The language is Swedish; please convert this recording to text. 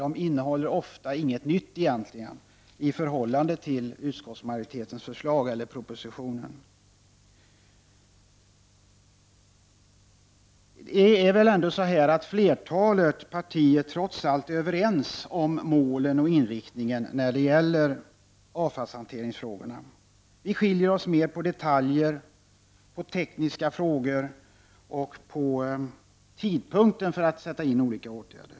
De innehåller ofta egentligen inget nytt i förhållande till utskottsmajoritetens förslag eller propositionen. Flertalet partier är trots allt överens om målen och inriktningen i avfallshanteringsfrågorna. Vi skiljer oss mera vad gäller detaljer, tekniska frågor och tidpunkten för att sätta in olika åtgärder.